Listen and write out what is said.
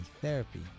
therapy